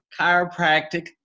chiropractic